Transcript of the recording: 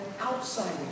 outside